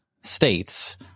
states